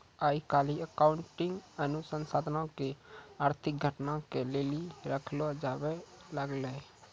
आइ काल्हि अकाउंटिंग अनुसन्धानो के आर्थिक घटना के लेली रखलो जाबै लागलै